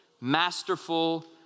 masterful